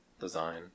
design